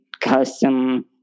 custom